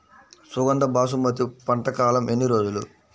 సుగంధ బాసుమతి పంట కాలం ఎన్ని రోజులు?